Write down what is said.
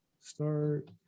Start